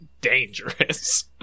dangerous